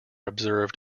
observed